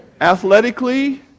Athletically